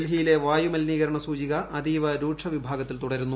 ഡൽഹിയിലെ വായു മലിനീകരണ സൂചിക അതീവ രൂക്ഷ വിഭാഗത്തിൽ തുടരുന്നു